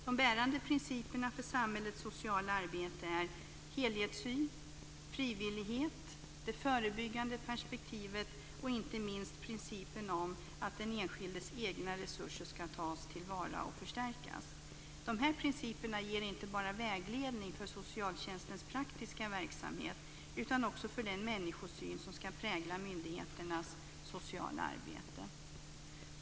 De bärande principerna för samhällets sociala arbete är helhetssyn, frivillighet, det förebyggande perspektivet och inte minst principen om att den enskildes egna resurser ska tas till vara och förstärkas. De här principerna ger inte vägledning bara för socialtjänstens praktiska verksamhet utan också för den människosyn som ska prägla myndigheternas sociala arbete.